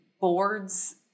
boards